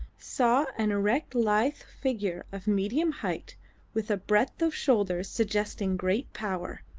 saw an erect lithe figure of medium height with a breadth of shoulder suggesting great power.